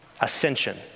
Ascension